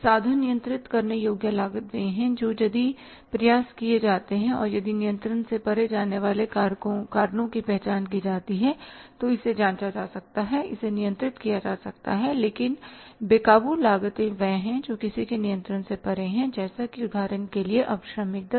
साधन नियंत्रित करने योग्य लागत वे हैं जो यदि प्रयास किए जाते हैं और यदि नियंत्रण से परे जाने वाले कारणों की पहचान की जाती है तो इसे जांचा जा सकता है इसे नियंत्रित किया जा सकता है लेकिन बे काबू लागतें वह हैं जो किसी के नियंत्रण से परे हैं जैसा कि उदाहरण के लिए अब श्रमिक दर